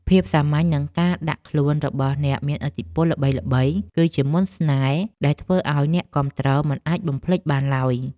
ភាពសាមញ្ញនិងការដាក់ខ្លួនរបស់អ្នកមានឥទ្ធិពលល្បីៗគឺជាមន្តស្នេហ៍ដែលធ្វើឱ្យអ្នកគាំទ្រមិនអាចបំភ្លេចបានឡើយ។